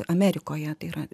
amerikoje tai yra